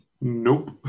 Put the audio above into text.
Nope